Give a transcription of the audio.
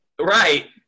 right